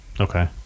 okay